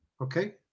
okay